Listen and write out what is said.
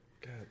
God